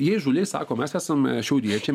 jie įžūliai sako mes esam šiauriečiai